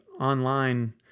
online